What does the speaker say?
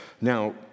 Now